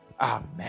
amen